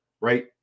right